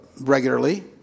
regularly